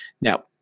Now